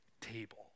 table